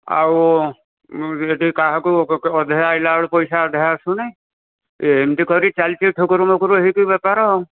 ଆଉ ଏଠି କାହାକୁ ଅଧା ଆସିଲା ବେଳକୁ ପଇସା ଅଧା ଆସୁନି ଏ ଏମିତି କରି ଚାଲିଛି ଠୁକୁରୁ ମୁକୁରୁ ହୋଇକି ବେପାର ଆଉ